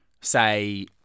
say